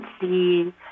see